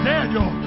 Daniel